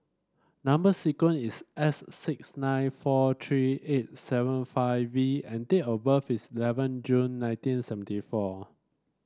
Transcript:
number sequence is S six nine four three eight seven five V and date of birth is eleven June nineteen seventy four